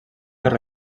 per